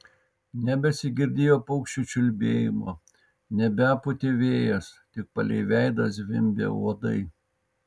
nebesigirdėjo paukščių čiulbėjimo nebepūtė vėjas tik palei veidą zvimbė uodai